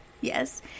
Yes